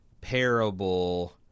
parable